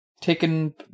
taken